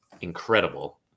incredible